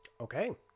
okay